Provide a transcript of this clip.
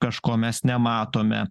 kažko mes nematome